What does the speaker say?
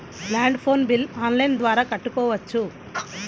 Land phone bill online ద్వారా కట్టుకోవచ్చు?